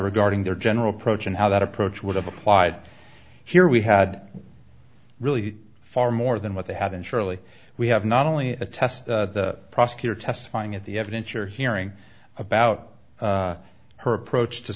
regarding their general pro chin how that approach would have applied here we had really far more than what they have and surely we have not only a test the prosecutor testifying at the evidence you're hearing about her approach to